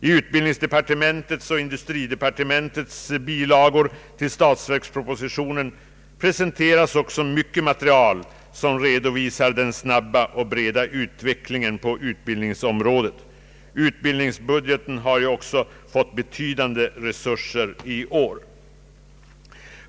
I utbildningsdepartementets och industridepartementets bilagor till statsverkspropositionen presenteras också mycket material som redovisar den snabba och breda utvecklingen på utbildningsområdet. Utbildningsbudgeten har ju också fått betydande resurser i år.